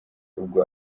ubwo